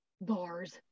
bars